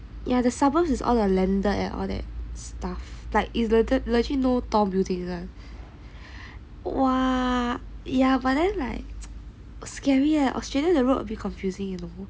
ya the suburbs is all the landed and all that stuff it's legit legit no tall buildings [one] !wah! ya but then like scary leh Australia the road a bit confusing